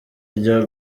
rya